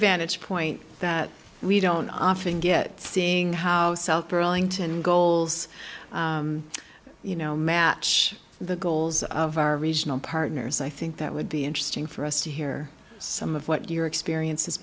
vantage point that we don't often get seeing how south pearlington goals you know match the goals of our regional partners i think that would be interesting for us to hear some of what your experience